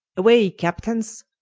away captaines,